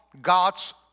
God's